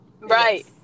Right